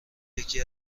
یکی